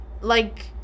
like-